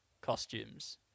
costumes